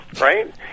right